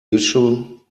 issue